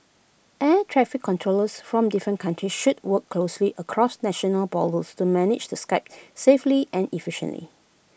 air traffic controllers from different countries should work closely across national borders to manage the Skype safely and efficiently